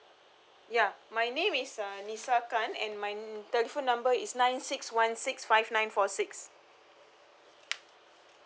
ya my name is uh lisa kan and my telephone number is nine six one six five nine four six